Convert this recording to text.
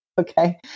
Okay